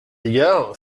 égard